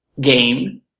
game